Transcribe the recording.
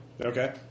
Okay